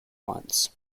months